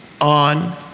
on